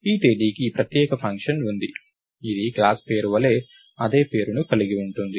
ఈ తేదీకి ప్రత్యేక ఫంక్షన్ ఉంది ఇది క్లాస్ పేరు వలె అదే పేరును కలిగి ఉంటుంది